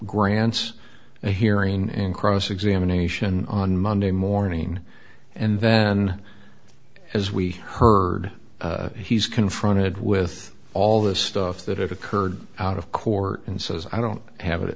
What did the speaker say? grants a hearing and cross examination on monday morning and then as we heard he's confronted with all the stuff that occurred out of court and says i don't have